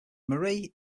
marie